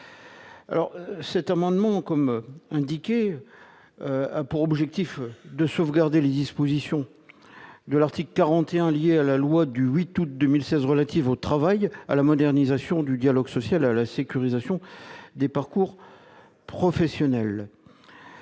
Cet amendement a pour objectif de sauvegarder les dispositions de l'article 41 de la loi du 8 août 2016 relative au travail, à la modernisation du dialogue social et à la sécurisation des parcours professionnels.